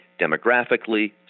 demographically